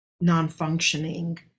non-functioning